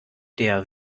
der